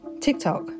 TikTok